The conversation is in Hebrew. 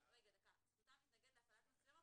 כתוב "זכותם להתנגד להפעלת מצלמות,